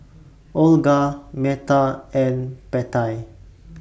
Olga Metta and Pattie